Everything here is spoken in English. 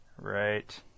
right